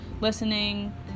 listening